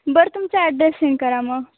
बरं तुमचा address send करा मग